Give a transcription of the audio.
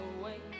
away